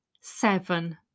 seven